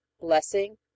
blessing